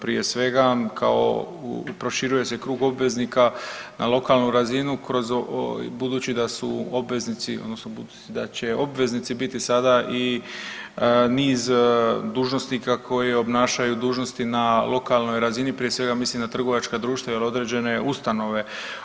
Prije svega kao, proširuje se krug obveznika na lokalnu razinu, budući da su obveznici, odnosno budući da će obveznici biti sada i niz dužnosnika koji obnašaju dužnosti na lokalnoj razini, prije svega mislim na trgovačka društva i određene ustanove.